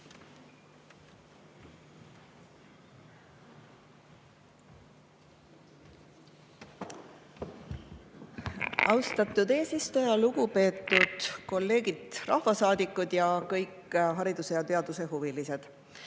Austatud eesistuja! Lugupeetud kolleegid rahvasaadikud ja kõik hariduse- ja teadusehuvilised!